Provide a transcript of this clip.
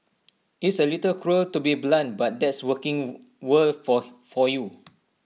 it's A little cruel to be blunt but that's working world for for you